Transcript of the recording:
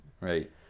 right